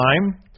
time